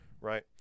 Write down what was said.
Right